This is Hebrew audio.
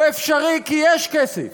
הוא אפשרי כי יש כסף.